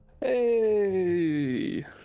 Hey